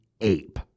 ape